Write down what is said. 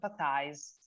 empathize